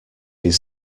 his